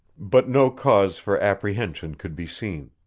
but no cause for apprehension could be seen.